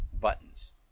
buttons